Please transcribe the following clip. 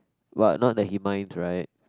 what not that he mind right